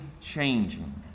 changing